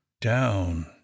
down